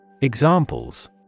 Examples